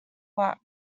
work